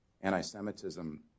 anti-Semitism